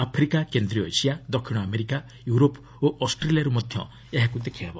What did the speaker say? Africa କେନ୍ଦ୍ରୀୟ Asia ଦକ୍ଷିଣ America Europe ଓ ଅଷ୍ଟ୍ରେଲିଆରୁ ଏହାକୁ ମଧ୍ୟ ଦେଖିହେବ